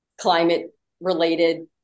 climate-related